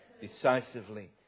decisively